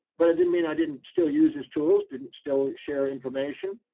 but it didn't mean i didn't still use his tools. didn't still ah share information.